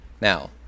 Now